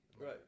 Right